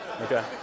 Okay